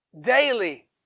daily